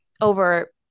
over